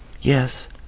yes